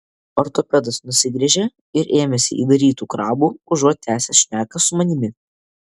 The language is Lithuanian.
ortopedas nusigręžė ir ėmėsi įdarytų krabų užuot tęsęs šneką su manimi